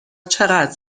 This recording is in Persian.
چقدر